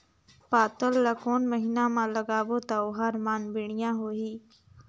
पातल ला कोन महीना मा लगाबो ता ओहार मान बेडिया होही?